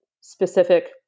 specific